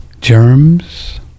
germs